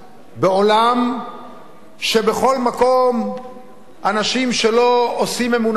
בעולם שבו בכל מקום אנשים שלא עושים אומנותם,